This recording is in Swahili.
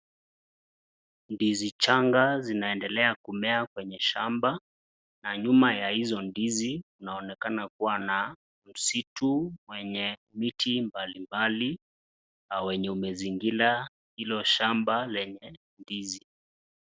Ndizi changa zinaendelea kumea kwenye shamba na nyuma ya hizo ndizi inaonekana kuwa na msitu wenye miti mbalimbali na wenye umezingira hilo shamba lenye ndizi.